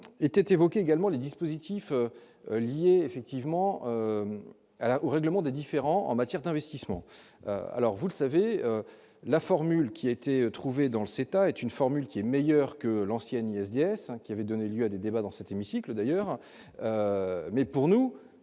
était évoqué également les dispositifs liés effectivement à la au règlement des différends en matière d'investissement alors vous le savez la formule qui a été trouvé dans le CETA, est une formule qui est meilleure que l'ancienne SDS qui avait donné lieu à des débats dans cet hémicycle, d'ailleurs, mais pour nous,